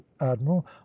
admiral